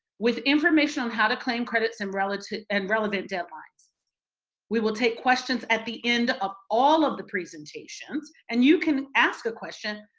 with information um how to claim credit and relevant and relevant deadlines we'll take questions at the end of all of the presentations and you can ask a question,